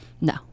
No